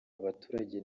abaturage